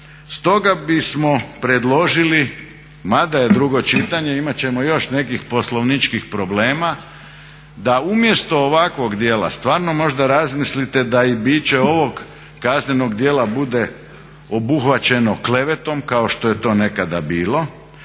Stoga bismo predložili, mada je drugo čitanje, imat ćemo još nekih poslovničkih problema, da umjesto ovakvog dijela stvarno možda razmislite da i biće ovog kaznenog djela bude obuhvaćeno klevetom kao što je to nekada bilo,